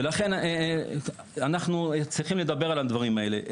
ולכן אנחנו צריכים לדבר על הדברים האלה.